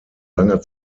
langer